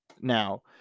now